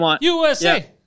USA